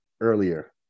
earlier